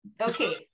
Okay